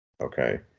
Okay